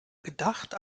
gedacht